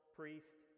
priest